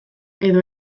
edo